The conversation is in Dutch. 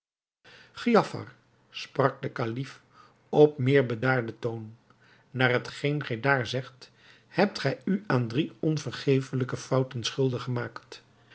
giafar sprak de kalif op meer bedaarden toon naar hetgeen gij daar zegt hebt gij u aan drie onvergeeflijke fouten schuldig gemaakt